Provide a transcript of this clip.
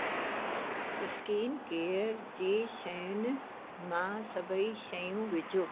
skin care जी शयुनि मां सभई शयूं विझो